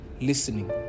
listening